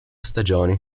stagioni